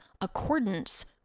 accordance